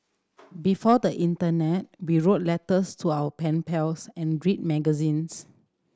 before the internet we wrote letters to our pen pals and read magazines